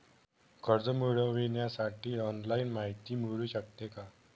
कर्ज मिळविण्यासाठी ऑनलाईन माहिती मिळू शकते का?